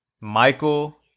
Michael